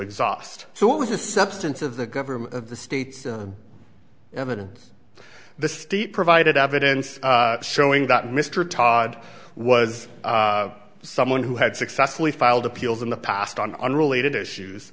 exhaust so what was the substance of the government of the state's evidence the state provided evidence showing that mr todd was someone who had successfully filed appeals in the past on unrelated issues